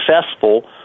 successful